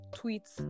tweets